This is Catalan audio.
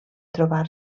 trobar